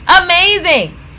Amazing